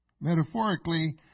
Metaphorically